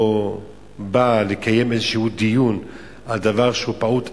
בא לקיים איזשהו דיון על דבר שהוא פעוט ערך,